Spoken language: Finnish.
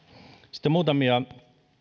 sitten muutamia